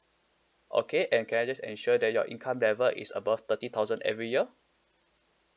okay and can I just ensure that your income level is above thirty thousand every year